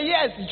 Yes